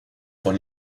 von